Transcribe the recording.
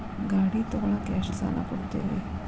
ಗಾಡಿ ತಗೋಳಾಕ್ ಎಷ್ಟ ಸಾಲ ಕೊಡ್ತೇರಿ?